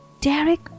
Derek